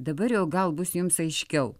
dabar jau gal bus jums aiškiau